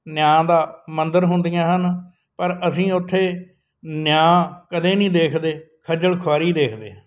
ਨਿਆਂ ਦਾ ਮੰਦਰ ਹੁੰਦੀਆਂ ਹਨ ਪਰ ਅਸੀਂ ਉੱਥੇ ਨਿਆਂ ਕਦੇ ਨਹੀਂ ਦੇਖਦੇ ਖੱਜਲ ਖੁਆਰੀ ਦੇਖਦੇ